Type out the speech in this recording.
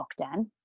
lockdown